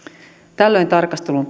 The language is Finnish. tällöin tarkastelun